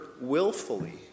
willfully